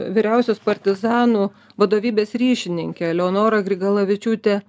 vyriausios partizanų vadovybės ryšininkė eleonora grigalavičiūtė